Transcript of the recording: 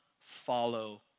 follow